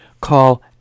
call